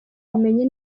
bumenyi